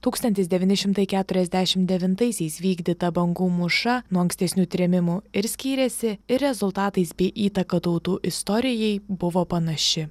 tūkstantis keturiasdešimt devintaisiais vykdyta bangų mūša nuo ankstesnių trėmimų ir skyrėsi ir rezultatais bei įtaka tautų istorijai buvo panaši